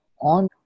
on